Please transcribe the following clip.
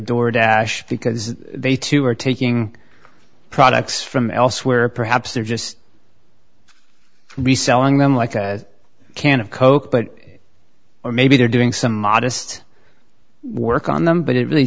because they too are taking products from elsewhere perhaps they're just reselling them like a can of coke but or maybe they're doing some modest work on them but it really